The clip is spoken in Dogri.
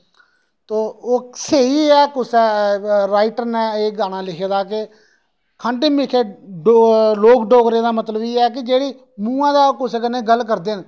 ते ओह् स्हेई ऐ एह् कुसै राइटर नै गाना लिखे दा खंड मिट्ठे लोक डोगरे दा मतलब एह् ऐ कि मूहां दा कुसै कन्नै गल्ल करदे न